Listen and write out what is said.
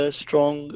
strong